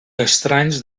estranys